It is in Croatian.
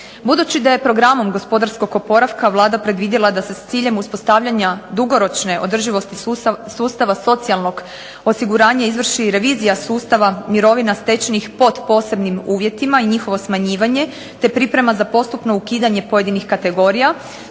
Budući da je Programom gospodarskog oporavka Vlada predvidjela da se s ciljem uspostavljanja dugoročne održivosti sustava socijalnog osiguranja izvrši i revizija sustava mirovina stečenih pod posebnim uvjetima i njihovo smanjivanje, te priprema za postupno ukidanje pojedinih kategorija